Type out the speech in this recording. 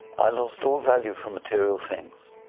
i lost all value from material things.